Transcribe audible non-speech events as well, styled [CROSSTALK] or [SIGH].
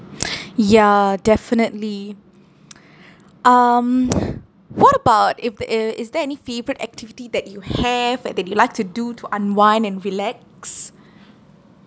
[NOISE] ya definitely um what about if there uh is there any favourite activity that you have uh that you like to do to unwind and relax